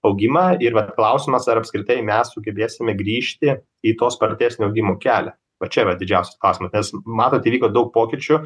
augimą ir vat klausimas ar apskritai mes sugebėsime grįžti į to spartesnio augimo kelią va čia vat yra didžiausias klausimas matot įvyko daug pokyčių